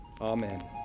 Amen